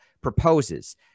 proposes